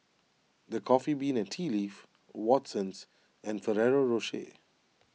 the Coffee Bean and Tea Leaf Watsons and Ferrero Rocher